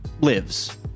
lives